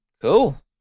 cool